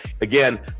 again